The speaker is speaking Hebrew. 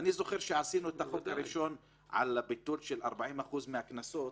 אני זוכר שעשינו את החוק הראשון על הביטול של 40% מהקנסות,